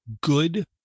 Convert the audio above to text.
good